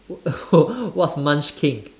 wha~ what's munchkin